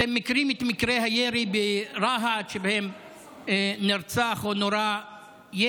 אתם מכירים את מקרה הירי ברהט שבו נרצח או נורה ילד?